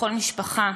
לכל משפחה,